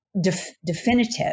definitive